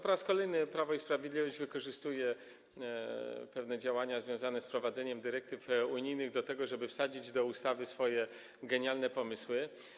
Po raz kolejny Prawo i Sprawiedliwość wykorzystuje pewne działania związane z wprowadzeniem dyrektyw unijnych do tego, żeby wsadzić do ustawy swoje genialne pomysły.